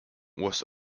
was